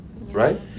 Right